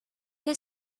his